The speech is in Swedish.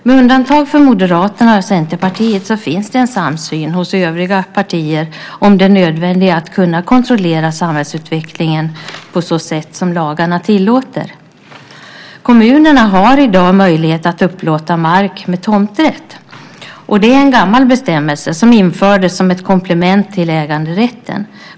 Med undantag för Moderaterna och Centerpartiet finns det en samsyn hos övriga partier om det nödvändiga att kunna kontrollera samhällsutvecklingen på så sätt som lagarna tillåter. Kommunerna har i dag möjlighet att upplåta mark med tomträtt. Det är en gammal bestämmelse som infördes som ett komplement till äganderätten.